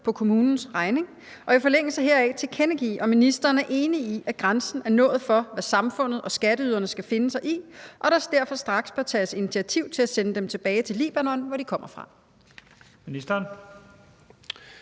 på kommunens regning, og i forlængelse heraf tilkendegive, om ministeren er enig i, at grænsen er nået for, hvad samfundet og skatteyderne skal finde sig i, og at der straks bør tages initiativ til at sende dem tilbage til Libanon, hvor de kommer fra?